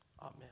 Amen